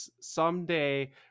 someday